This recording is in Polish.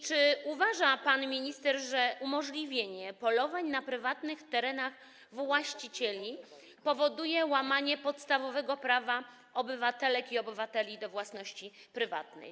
Czy pan minister uważa, że umożliwienie polowań na prywatnych terenach właścicieli powoduje łamanie podstawowego prawa obywatelek i obywateli do własności prywatnej?